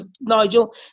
Nigel